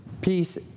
peace